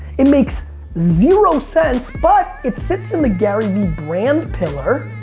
it makes zero sense but it sits in the garyvee brand pillar.